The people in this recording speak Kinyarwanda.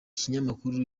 kinyamakuru